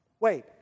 Wait